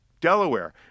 Delaware